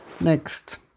Next